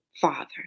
father